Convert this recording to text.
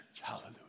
Hallelujah